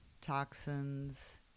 toxins